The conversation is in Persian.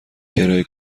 کرایه